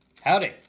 Howdy